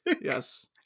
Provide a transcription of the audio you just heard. Yes